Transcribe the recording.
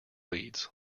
leads